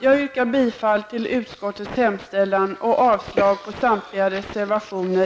Jag yrkar bifall till utskottets hemställan och avslag på samtliga reservationer.